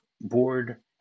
board